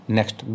Next